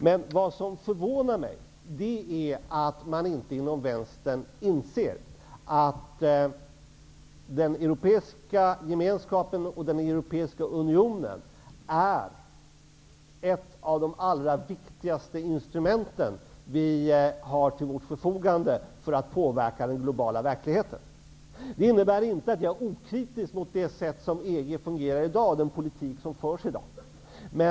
Det som förvånar mig är att man inte inom vänstern inser att Europeiska gemenskapen/Europeiska unionen är ett av de allra viktigaste instrumenten vi har till vårt förfogande för att påverka den globala verkligheten. Det innebär inte att jag är okritisk mot det sätt som EG fungerar i dag och den politik som förs i dag av EG.